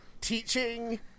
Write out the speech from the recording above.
teaching